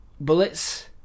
bullets